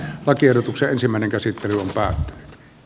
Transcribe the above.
lakiehdotuksen ensimmäinen järkevä asia